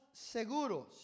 seguros